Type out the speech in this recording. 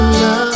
love